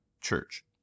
church